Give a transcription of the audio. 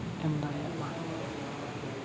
ᱮᱢ ᱫᱟᱲᱮᱭᱟᱜ ᱢᱟ